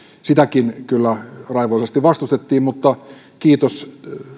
sitäkin kyllä raivoisasti vastustettiin mutta kiitos